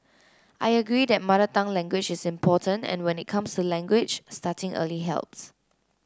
I agree that mother tongue language is important and when it comes to language starting early helps